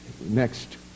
Next